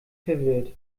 verwirrt